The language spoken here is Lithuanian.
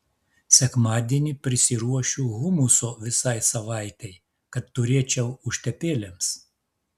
sekmadienį prisiruošiu humuso visai savaitei kad turėčiau užtepėlėms